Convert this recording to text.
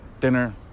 dinner